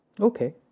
Okay